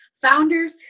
founders